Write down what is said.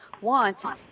wants